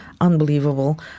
Unbelievable